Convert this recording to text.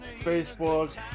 Facebook